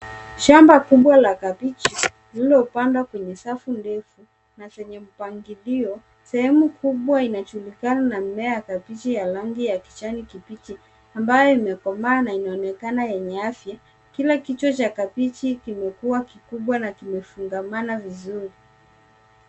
Shamba kubwa la kabeji lililopandwa kwenye safu ndefu na zenye mpangilio. Sehemu kubwa inajulikana na mimea ya kabeji ya rangi ya kijani kibichi ambayo imekomaa na inaonekana yenye afya. Kila kichwa cha kabeji kimekuwa kikubwa na kimefungana vizuri.